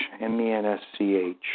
M-E-N-S-C-H